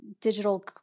digital